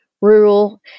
rural